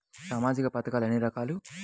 సామాజిక పథకాలు ఎన్ని రకాలు?